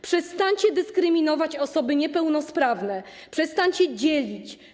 Przestańcie dyskryminować osoby niepełnosprawne, przestańcie dzielić.